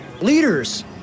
Leaders